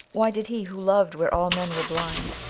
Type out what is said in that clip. why did he who loved where all men were blind,